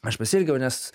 aš pasielgiau nes